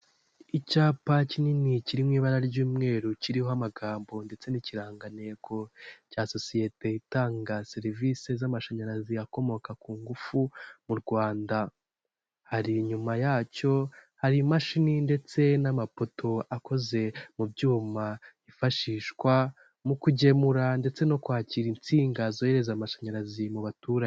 Icyapa kinini kiri mu ibara ry'umweru kiriho amagambo ndetse n'ikirangantego cya sosiyete itanga serivisi z'amashanyarazi akomoka ku ngufu mu Rwanda, hari inyuma yacyo hari imashini ndetse n'amapoto akoze mu byuma yifashishwa mu kugemura ndetse no kwakira insinga zohereza amashanyarazi mu baturage.